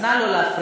נא לא להפריע.